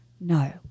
No